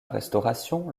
restauration